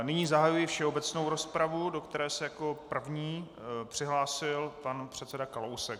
Nyní zahajuji všeobecnou rozpravu, do které se jako první přihlásil pan předseda Kalousek.